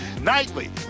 Nightly